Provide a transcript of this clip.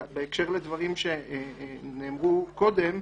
בהקשר לדברים שנאמרו קודם,